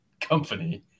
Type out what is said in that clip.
company